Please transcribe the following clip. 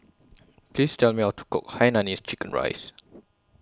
Please Tell Me How to Cook Hainanese Chicken Rice